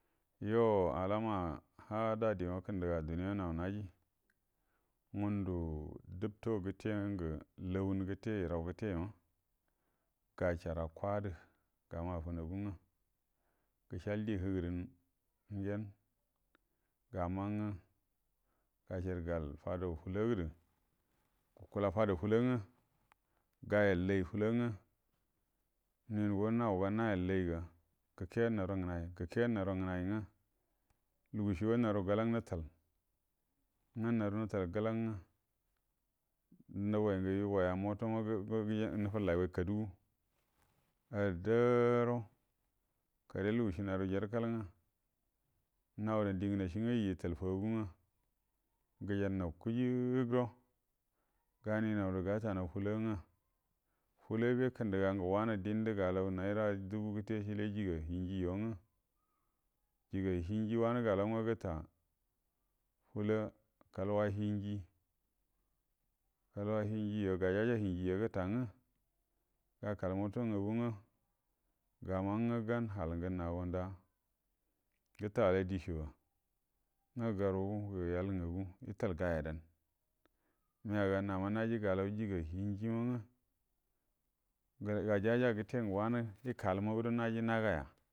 Yo alawa ha dadəyo kəndəga duvi yama nau naji ngudə dubto gəte ngə lawun gəte yirau gəteyo gasharak wadə gama'a funagu nga gəshal di həgərini ngenə gama nga gasharə gal fadu falo gədə gukuda fadau fulo ngə gayalə layi fulo nga ningo nauga ngyal layiga gakennaurə ngənai gəkennaurə ngənai nga lugushigo naru galan nətal ngə haru nətal galanə nga nugai ngə yugai a mutoma gə-gə-nufallai gai kadugu addaro kare lugu shi naru jarəkal ngə nawudan di ngənashi nga yi italə fagu nga gəjannau gujee kəre ganiyau də gatanau fulo nga fulobe kəndə ga ngə wanə dində galau naira dubu gəte səle jiga hingi jo nga jiga hinji wanə galau nga gəta fulo kalwa hinji kalwa hinji jo gajaja hinji jo gəta nga yakal mota ngagu nga gama nga gane hal ngə nago nda gətalar dishi ba nga garu gə yal ngagu gitaakin dishiba nga garu gə yal ngagu ita gayadanə mega nama naji galau jiga hinji manga gajaja gəte ngə wanə ikalmagdo naji nagaya.